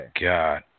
God